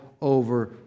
over